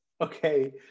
okay